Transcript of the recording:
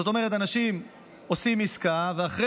זאת אומרת אנשים עושים עסקה, ואחר